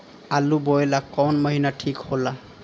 आलू बोए ला कवन महीना ठीक हो ला?